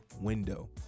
Window